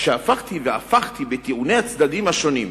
כשהפכתי והפכתי בטיעוני הצדדים השונים,